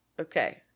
Okay